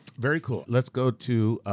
very cool. let's go to